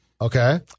Okay